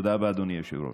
תודה רבה, אדוני היושב-ראש.